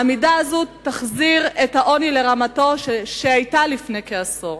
העמידה הזאת תחזיר את העוני לרמה שהיתה לפני כעשור.